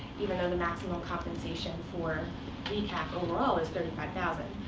even though the maximum compensation for vcap overall is thirty five thousand